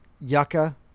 yucca